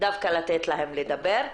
דווקא לתת להם לדבר.